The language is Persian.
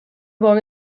بار